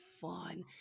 fun